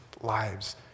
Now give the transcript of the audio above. lives